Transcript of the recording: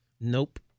Nope